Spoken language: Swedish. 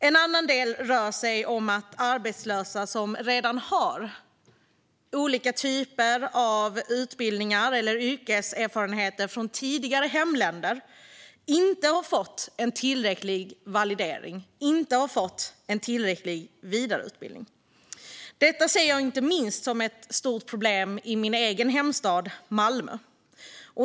En annan del rör att arbetslösa som redan har olika typer av utbildningar eller yrkeserfarenheter från tidigare hemländer inte har fått en tillräcklig validering och vidareutbildning. Detta ser jag inte minst som ett stort problem i min egen hemstad Malmö.